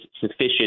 sufficient